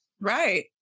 Right